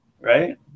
right